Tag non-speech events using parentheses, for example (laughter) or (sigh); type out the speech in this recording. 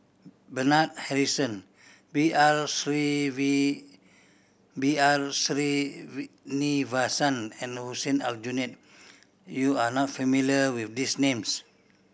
Bernard Harrison B R (unintelligible) B R (unintelligible) and Hussein Aljunied you are not familiar with these names